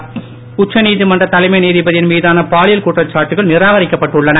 நீதிபதி உச்சநீதிமன்ற தலைமை நீதிபதியின் மீதான பாலியல் குற்றச்சாட்டுகள் நிராகரிக்கப்பட்டுள்ளன